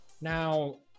Now